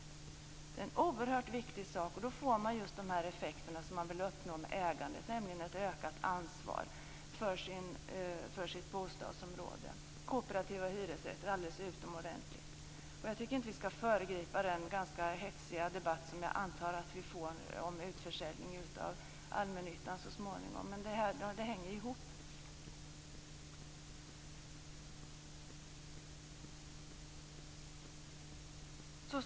Det är en oerhört viktig sak. Då får man just de effekter som man vill uppnå med ägandet, nämligen ett ökat ansvar för sitt bostadsområde. Kooperativa hyresrätter är alldeles utomordentligt. Jag tycker inte att vi skall föregripa den ganska hetsiga debatt som jag antar att vi får om utförsäljning av allmännyttan så småningom. Men detta hänger ihop.